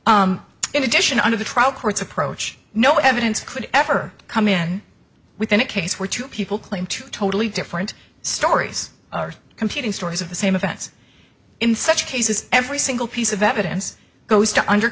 in addition under the trial court's approach no evidence could ever come in within a case where two people claim to totally different stories are competing stories of the same events in such cases every single piece of evidence goes to